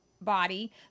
body